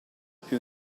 più